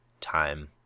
time